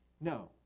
No